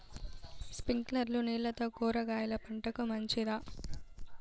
స్ప్రింక్లర్లు నీళ్లతో కూరగాయల పంటకు మంచిదా?